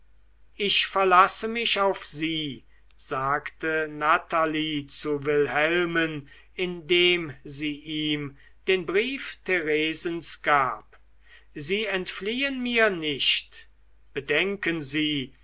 ich verlasse mich auf sie sagte natalie zu wilhelmen indem sie ihm den brief theresens gab sie entfliehen mir nicht bedenken sie